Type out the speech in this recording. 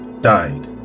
died